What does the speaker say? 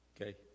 Okay